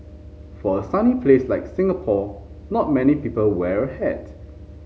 for a sunny place like Singapore not many people wear a hat